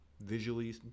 Visually